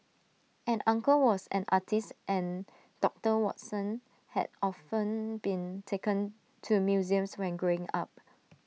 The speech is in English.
an uncle was an artist and doctor Watson had often been taken to museums when growing up